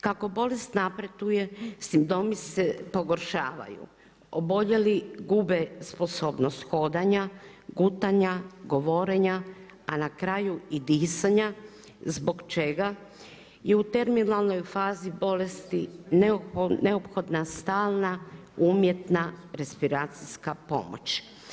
Kako bolest napreduje, simptomi se pogoršavaju, oboljeli gube sposobnost hodanja, gutanja, govorenja a na kraju i disanja zbog čega je u terminalnoj fazi bolesti neophodna stalna, umjetna respiracijska pomoć.